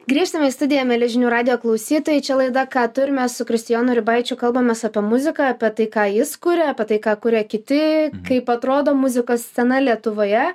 grįžtame į studiją mieli žinių radijo klausytojai čia laida ką turime su kristijonu ribaičiu kalbamės apie muziką apie tai ką jis kuria apie tai ką kuria kiti kaip atrodo muzikos scena lietuvoje